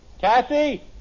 Kathy